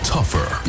Tougher